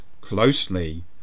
closely